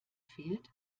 fehlt